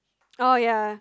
oh ya